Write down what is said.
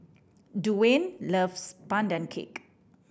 Duwayne loves Pandan Cake